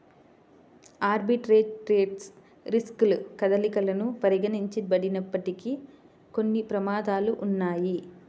arbitrage trades riskless కదలికలను పరిగణించబడినప్పటికీ, కొన్ని ప్రమాదాలు ఉన్నయ్యి